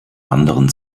anderen